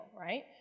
right